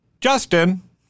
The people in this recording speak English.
Justin